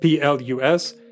plus